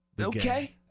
Okay